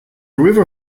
river